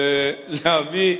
האפשר, להביא,